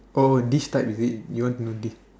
oh this type is it you want to do this